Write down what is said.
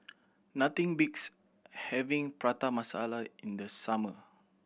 nothing beats having Prata Masala in the summer